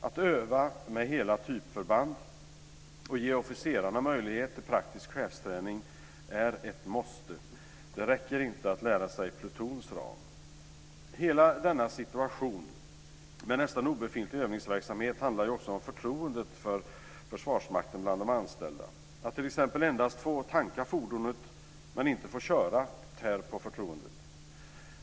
Att öva med hela typförband och ge officerarna möjlighet till praktisk chefsträning är ett måste. Det räcker inte att lära sig plutons ram. Hela denna situation med nästan obefintlig övningsverksamhet handlar ju också om förtroendet för Försvarsmakten bland de anställda. Att t.ex. endast få tanka fordonet men inte få köra tär på förtroendet.